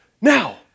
Now